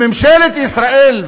בממשלת ישראל,